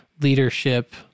leadership